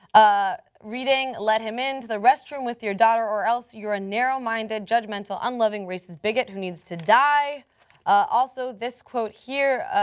ah reading, let him into the restroom with your daughter or else you're a narrow minded, judgmental, unloving, racist bigot who needs to die also, this quote here,